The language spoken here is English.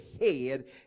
head